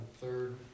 third